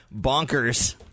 Bonkers